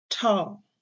Tall